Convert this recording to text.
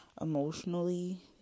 emotionally